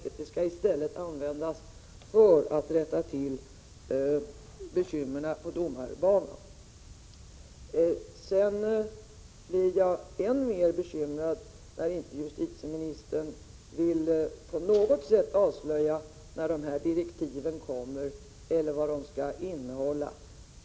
Det skall i stället användas för att rätta till bekymren på domarbanan. Jag blir än mer bekymrad när inte justitieministern på något sätt avslöjar när direktiven kommer eller vad de kommer att innehålla.